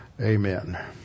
amen